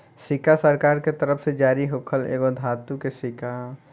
सिक्का सरकार के तरफ से जारी होखल एगो धातु के सिक्का ह